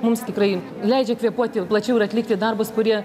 mums tikrai leidžia kvėpuoti plačiau ir atlikti darbus kurie